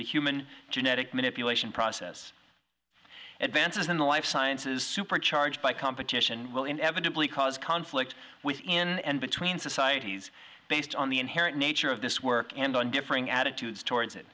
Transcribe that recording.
the human genetic manipulation process advances in life sciences supercharged by competition will inevitably cause conflict within and between societies based on the inherent nature of this work and on differing attitudes towards it